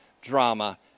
drama